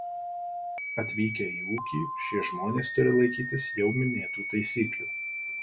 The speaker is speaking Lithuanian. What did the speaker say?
atvykę į ūkį šie žmonės turi laikytis jau minėtų taisyklių